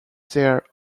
their